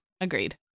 Agreed